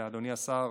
ולאדוני השר,